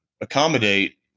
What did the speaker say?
accommodate